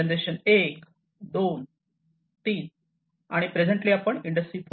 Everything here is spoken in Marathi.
जनरेशन 1 2 3 आणि प्रेझेंटली आपण इंडस्ट्री 4